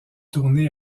tourner